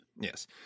yes